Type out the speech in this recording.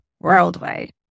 worldwide